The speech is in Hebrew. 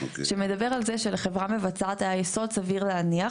הסעיף מדבר על זה שלחברה מבצעת היה יסוד סביר להניח,